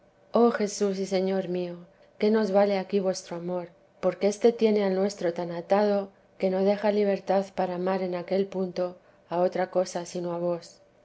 oh jesús y señor mío que nos vale aquí vuestro amor porque éste tiene al nuestro tan atado que no deja libertad para amar en aquel punto a otra cosa sino a vos